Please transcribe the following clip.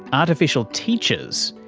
artificial teachers.